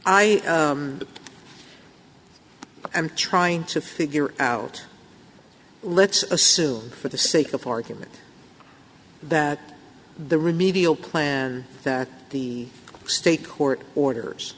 am trying to figure out let's assume for the sake of argument that the remedial plan that the state court orders